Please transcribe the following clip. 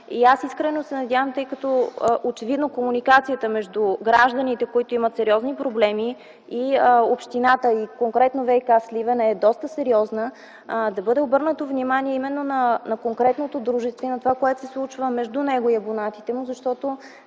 Искрено се надявам, тъй като очевидно комуникацията между гражданите, които имат явно сериозни проблеми, и общината, конкретно ВиК – Сливен, е доста сериозна, да бъде обърнато внимание на конкретното дружество за това, което се случва между него и абонатите.